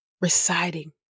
reciting